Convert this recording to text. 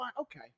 Okay